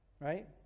Right